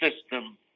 system